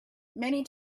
many